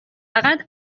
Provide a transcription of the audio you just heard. فقط